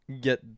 get